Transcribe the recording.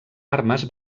armes